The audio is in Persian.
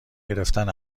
گرفتن